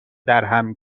درهم